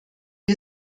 wir